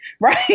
right